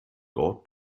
dort